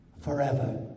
forever